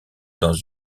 dans